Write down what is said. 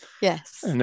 Yes